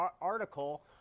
article